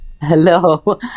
hello